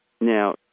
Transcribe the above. Now